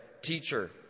Teacher